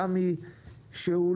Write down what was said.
סמי אבו שחאדה,